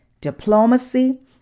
diplomacy